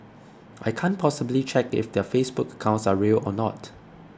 I can't possibly check if their Facebook accounts are real or not